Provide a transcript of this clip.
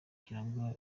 kugirango